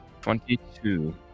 Twenty-two